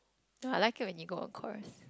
no I like it when you go on chorus